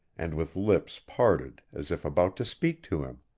and with lips parted as if about to speak to him